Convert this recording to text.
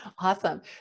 Awesome